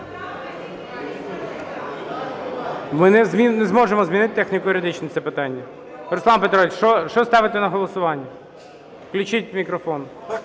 Ми не зможемо змінити техніко-юридично це питання. Руслане Петровичу, що ставити на голосування? Включіть мікрофон.